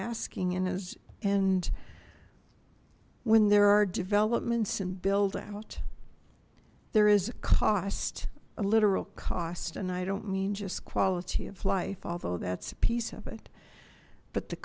asking and as end music when there are developments and build out there is a cost a literal cost and i don't mean just quality of life although that's a piece of it but the